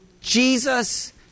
Jesus